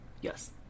Yes